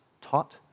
taught